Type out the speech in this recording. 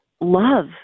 love